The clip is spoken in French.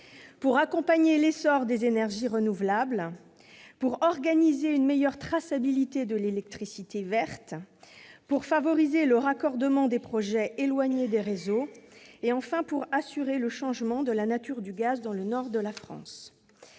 accompagner l'essor des énergies renouvelables, organiser une meilleure traçabilité de l'électricité verte, favoriser le raccordement des projets éloignés des réseaux, enfin, pour assurer le changement de la nature du gaz dans le Nord. Pour